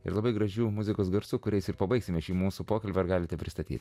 ir labai gražių muzikos garsų kuriais ir pabaigsime šį mūsų pokalbio ar galite pristatyti